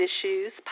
issues